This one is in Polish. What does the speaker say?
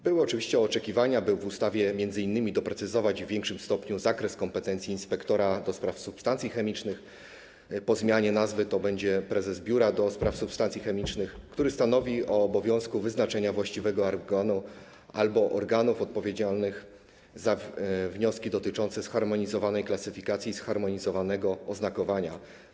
Były oczywiście oczekiwania, by w ustawie m.in. doprecyzować w większym stopniu zakres kompetencji inspektora do spraw substancji chemicznych, po zmianie nazwy to będzie prezes Biura do spraw Substancji Chemicznych, który stanowi o obowiązku wyznaczenia właściwego organu albo organów odpowiedzialnych za wnioski dotyczące zharmonizowanej klasyfikacji i zharmonizowanego oznakowania.